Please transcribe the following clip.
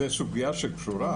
אבל זו סוגיה קשורה,